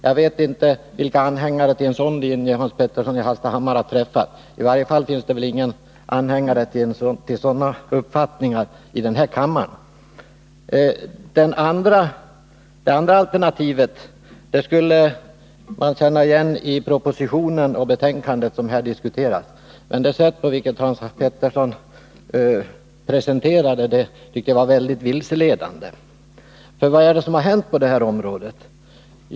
Jag vet inte vilka anhängare till en sådan linje han har träffat; i varje fall finns det väl ingen som hyser en sådan uppfattning här i kammaren. Det andra alternativet skulle man känna igen i propositionen och betänkandet som här diskuteras. Men det sätt på vilket Hans Petersson redovisade det tycker jag var väldigt vilseledande. Vad är det som har hänt på det här området?